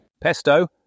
Pesto